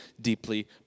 deeply